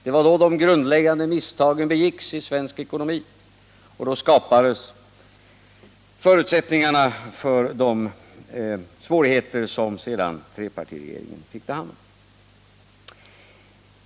Det var då de grundläggande misstagen begicks i svensk ekonomi, och då skapades förutsättningarna för de svårigheter som sedan trepartiregeringen fick ta hand om.